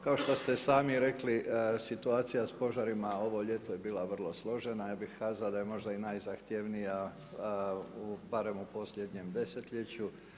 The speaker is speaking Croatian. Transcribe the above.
Kao što ste i sami rekli situacija sa požarima ovo ljeto je bila vrlo složena, ja bih kazao da je možda i najzahtjevnija barem u posljednjem desetljeću.